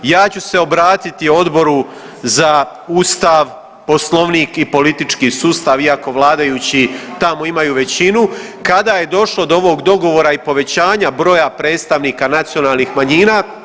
Ja ću se obratiti Odboru za Ustav, Poslovnik i politički sustav, iako vladajući tamo imaju većinu kada je došlo do ovog dogovora i povećanja broja predstavnika nacionalnih manjina.